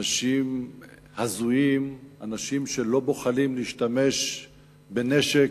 אנשים הזויים, אנשים שלא בוחלים להשתמש בנשק